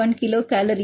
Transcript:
1 கிலோகலோரி1mol 3